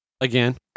Again